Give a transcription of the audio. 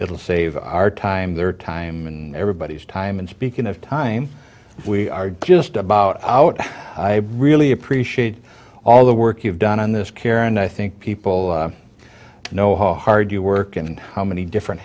will save our time their time and everybody's time and speaking of time we are just about out i really appreciate all the work you've done on this care and i think people know how hard you work and how many different